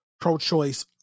pro-choice